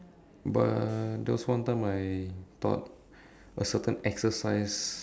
but there was one time I thought a certain exercise